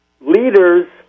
leaders